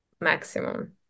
maximum